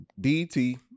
DT